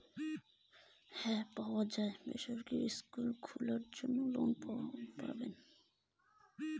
বেসরকারি স্কুল খুলিবার তানে কিভাবে লোন পাওয়া যায়?